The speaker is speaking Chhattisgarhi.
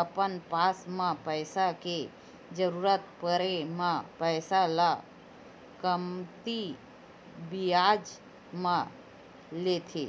अपन आपस म पइसा के जरुरत पड़े म पइसा ल कमती बियाज म लेथे